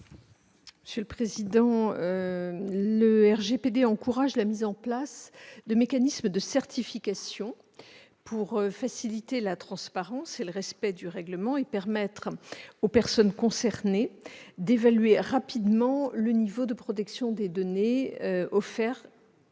garde des sceaux. Le RGPD encourage la mise en place de mécanismes de certification pour faciliter la transparence et le respect du règlement, et permettre aux personnes concernées d'évaluer rapidement le niveau de protection des données offert